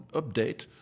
update